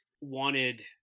wanted